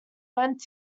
went